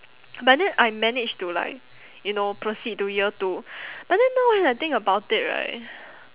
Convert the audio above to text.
but then I managed to like you know proceed to year two but then now when I think about it right